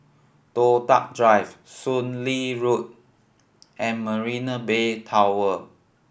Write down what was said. Toh Tuck Drive Soon Lee Road and Marina Bay Tower